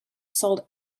sold